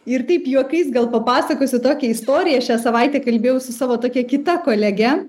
ir taip juokais gal papasakosiu tokią istoriją šią savaitę kalbėjau su savo tokia kita kolege